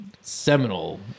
seminal